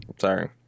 Sorry